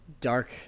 dark